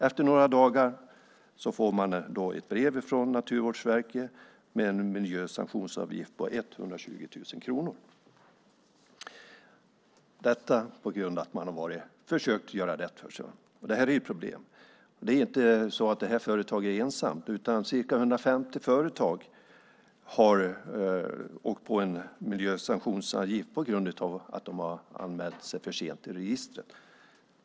Efter några dagar fick de ett brev från Naturvårdsverket med en miljösanktionsavgift på 120 000 kronor - detta på grund av att de hade försökt göra rätt för sig. Det här är ett problem. Det är inte så att det här företaget är ensamt, utan ca 150 företag har åkt på en miljösanktionsavgift på grund av att de har anmält sig för sent till registret.